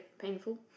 painful